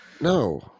No